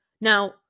Now